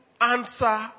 answer